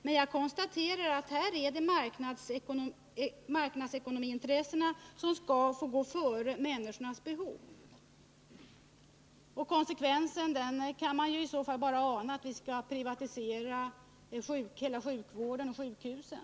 Men jag konstaterar att här är det marknadsekonomiintressena som skall få gå före människornas behov. Konsekvensen kan man i så fall bara ana: att vi skall privatisera sjukhusen och hela sjukvården.